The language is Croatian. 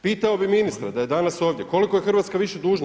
Pitao bi ministra da je danas ovdje, koliko je Hrvatska više dužna?